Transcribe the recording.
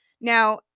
Now